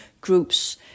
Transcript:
groups